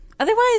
Otherwise